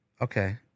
Okay